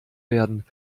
werden